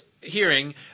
hearing